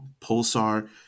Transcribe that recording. Pulsar